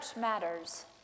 matters